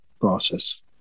process